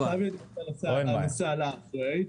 הנושא עלה אחרי.